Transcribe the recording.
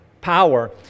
power